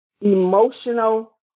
emotional